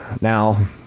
Now